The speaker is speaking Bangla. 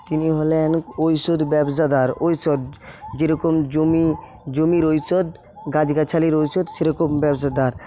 তিনি হলেন ঔষধ ব্যবসাদার ঔষধ যেরকম জমি জমির ঔষধ গাছগাছালির ঔষধ সেরকম ব্যবসাদার